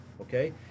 okay